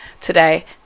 today